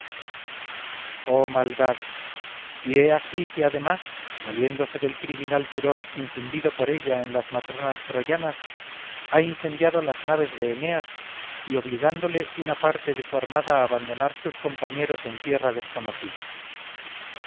maldad y he aquí que además valiéndose del criminal furor infundido por ella en las matronas troyanas ha incendiado las naves de eneas y obligándole una parte de su armada a abandonar a sus compañeros en tierra desconocida